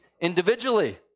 individually